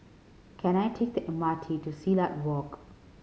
can I take the M R T to Silat Walk